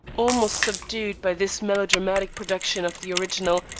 almost subdued by this melodramatic production of the original,